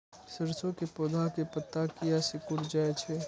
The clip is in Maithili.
सरसों के पौधा के पत्ता किया सिकुड़ जाय छे?